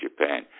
Japan